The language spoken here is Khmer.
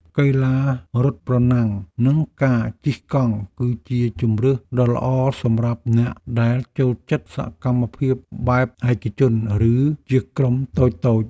កីឡារត់ប្រណាំងនិងការជិះកង់គឺជាជម្រើសដ៏ល្អសម្រាប់អ្នកដែលចូលចិត្តសកម្មភាពបែបឯកជនឬជាក្រុមតូចៗ។